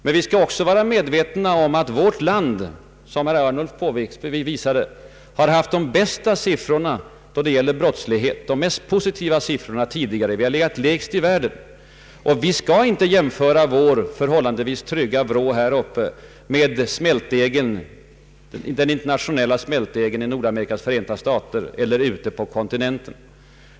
Men vi skall också vara medvetna om att vårt land, såsom herr Ernulf påvisade, tidigare har haft de mest positiva siffrorna då det gäller brottslighet. Vi har legat lägst i världen. Och vi skall inte jämföra vår förhållandevis trygga vrå här uppe med den internationella smältdegeln i Nordamerikas Förenta stater eller ute på kontinenten.